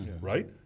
right